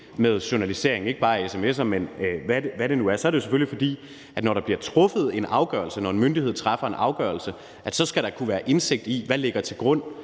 med journalisering ikke bare af sms'er, men hvad det nu er, er det jo selvfølgelig, fordi der, når der bliver truffet en afgørelse – når en myndighed træffer en afgørelse – skal kunne være indsigt i, hvad der ligger til grund